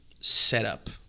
setup